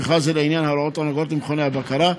ובכלל זה לעניין ההוראות הנוגעות למכוני הבקרה.